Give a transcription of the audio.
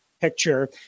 picture